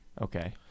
Okay